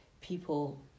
people